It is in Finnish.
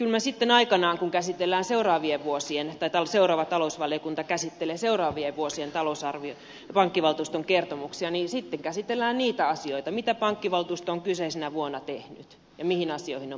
kyllä sitten aikanaan kun käsitellään seuraavien vuosien että seuraava talousvaliokunta käsittelee seuraavien vuosien pankkivaltuuston kertomuksia käsitellään niitä asioita mitä pankkivaltuusto on kyseisenä vuonna tehnyt ja mihin asioihin on päädytty